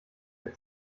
der